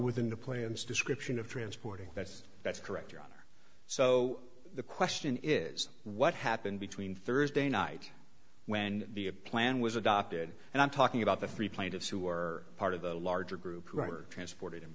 within the plans description of transporting that's that's correct your honor so the question is what happened between thursday night when the a plan was adopted and i'm talking about the three plaintiffs who were part of the larger group who were transport